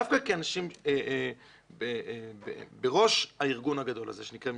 דווקא כאנשים בראש הארגון הגדול הזה שנקרא משטרה,